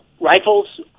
rifles